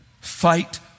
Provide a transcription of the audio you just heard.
fight